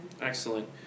Excellent